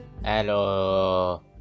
Hello